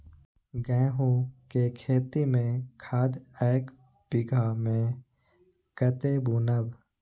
गेंहू के खेती में खाद ऐक बीघा में कते बुनब?